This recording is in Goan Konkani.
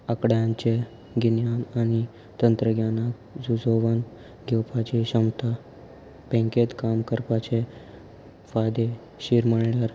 आंकड्यांचें गिन्यान आनी तंत्रज्ञाक झुजोवन घेवपाची क्षमता बँकेत काम करपाचे फायदेशीर म्हळ्यार